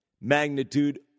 magnitude